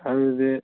ꯑꯗꯨꯗꯤ